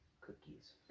cookies